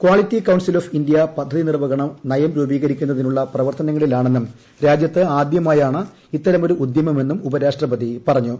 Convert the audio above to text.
quality council of India പദ്ധതി നിർവ്വഹണ നയം രൂപീകരിക്കുന്നതിനുള്ള പ്രവർത്തനങ്ങിലാണെന്നും രാജ്യത്ത് ആദ്യമായാണ് ഇത്തരമൊരു ഉദ്യമമെന്നും ഉപരാഷ്ട്രപതി പറഞ്ഞു